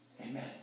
Amen